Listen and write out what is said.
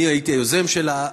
אני הייתי היוזם שלה,